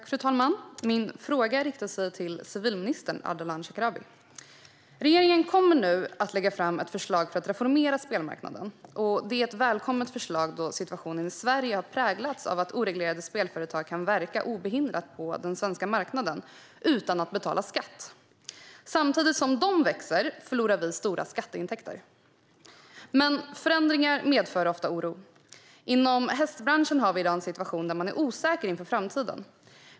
Fru talman! Min fråga riktas till civilminister Ardalan Shekarabi. Regeringen kommer nu att lägga fram ett förslag för att reformera spelmarknaden. Det är ett välkommet förslag, då situationen i Sverige har präglats av att oreglerade spelföretag kan verka obehindrat på den svenska marknaden utan att betala skatt. Samtidigt som de växer förlorar vi stora skatteintäkter. Men förändringar medför ofta oro. Inom hästbranschen är man i dag osäker inför framtiden.